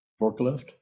Forklift